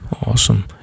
awesome